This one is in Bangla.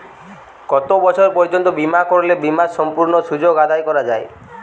কত বছর পর্যন্ত বিমা করলে বিমার সম্পূর্ণ সুযোগ আদায় করা য়ায়?